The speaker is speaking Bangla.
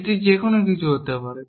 এটি যে কোনও কিছু হতে পারে